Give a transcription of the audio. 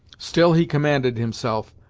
still he commanded himself,